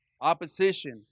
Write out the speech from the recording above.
opposition